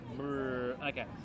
Okay